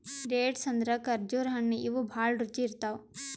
dates ಅಂದ್ರ ಖರ್ಜುರ್ ಹಣ್ಣ್ ಇವ್ ಭಾಳ್ ರುಚಿ ಇರ್ತವ್